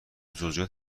جزییات